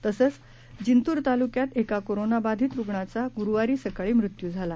तसंच जिंतूर तालुक्यात एका कोरोंनाबाधीत रूग्णाचा गुरूवारी सकाळी मृत्यू झाला